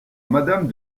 madame